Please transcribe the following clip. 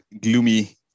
gloomy